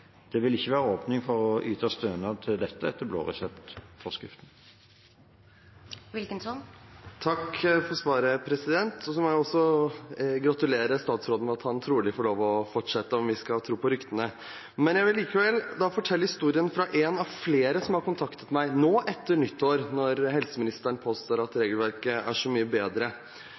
Det vil ikke være åpning for å yte stønad til dette etter blåreseptforskriften. Takk for svaret – og så må jeg også gratulere statsråden med at han trolig får lov til å fortsette, om vi skal tro på ryktene. Jeg vil likevel fortelle historien til en av flere som har kontaktet meg nå etter nyttår, når helseministeren påstår at regelverket er så mye bedre.